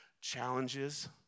challenges